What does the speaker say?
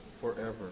forever